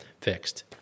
fixed